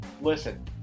Listen